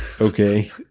Okay